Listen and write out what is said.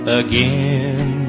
again